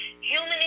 human